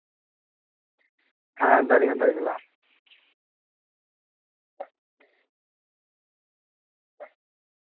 ᱦᱮᱸ ᱫᱟᱨᱮ ᱦᱚᱸ ᱫᱟᱨᱮ ᱜᱮᱞᱚᱜᱼᱟ